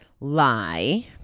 lie